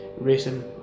racing